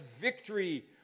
victory